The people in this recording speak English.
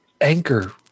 anchor